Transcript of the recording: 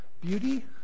beauty